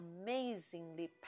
amazingly